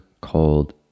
called